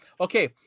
Okay